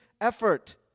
effort